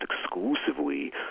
exclusively